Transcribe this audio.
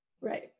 Right